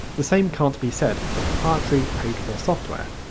the same can't be said for proprietary paid for software.